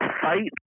Fight